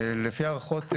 לפי הערכות,